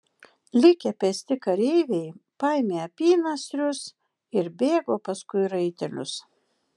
likę pėsti kareiviai paėmė apynasrius ir bėgo paskui raitelius